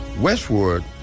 Westward